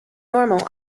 normal